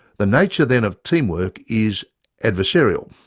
the nature then of teamwork is adversarial